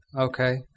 Okay